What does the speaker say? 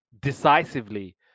decisively